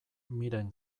miren